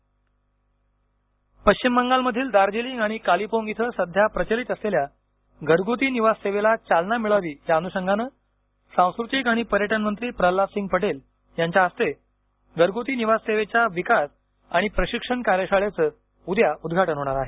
पर्यटन home stay पश्चिम बंगालमधील दार्जीलिंग आणि कालीपोंग इथे सध्या प्रचलित असलेल्या घरगुती निवास सेवेला चालना मिळावी या अनुषंगाने सांस्कृतिक आणि पर्यटन मंत्री प्रल्हाद सिंग पटेल यांच्या हस्ते घरगुती निवास सेवेच्या विकास आणि प्रशिक्षण कार्याशाळेचं उद्या उदघाटन होणार आहे